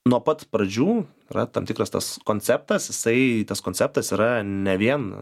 nuo pat pradžių yra tam tikras tas konceptas jisai tas konceptas yra ne vien